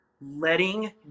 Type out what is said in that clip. letting